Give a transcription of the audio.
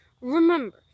Remember